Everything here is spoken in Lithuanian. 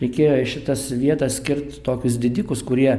reikėjo į šitas vietas skirt tokius didikus kurie